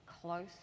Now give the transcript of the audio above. close